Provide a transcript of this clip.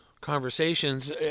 conversations